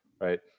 right